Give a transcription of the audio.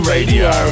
Radio